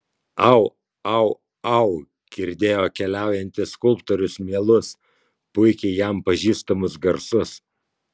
au au au girdėjo keliaujantis skulptorius mielus puikiai jam pažįstamus garsus